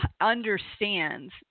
understands